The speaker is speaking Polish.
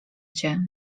cię